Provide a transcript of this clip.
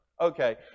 Okay